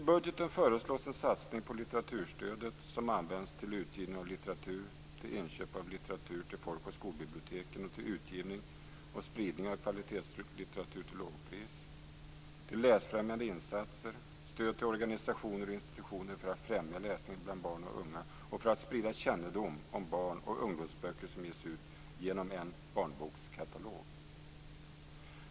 I budgeten föreslås en satsning på litteraturstödet som används till utgivning av litteratur, inköp av litteratur till folk och skolbiblioteken och utgivning och spridning av kvalitetslitteratur till lågpris, till läsfrämjande insatser, stöd till organisationer och institutioner för att främja läsningen bland barn och unga och för att sprida kännedom om barn och ungdomsböcker som ges ut genom en barnbokskatalog.